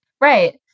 right